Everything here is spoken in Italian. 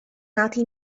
nati